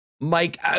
Mike